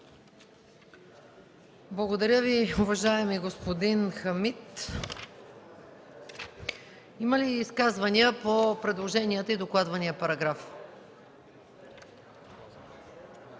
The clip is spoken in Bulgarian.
Благодаря Ви, уважаеми господин Хамид. Има ли изказвания по докладвания параграф?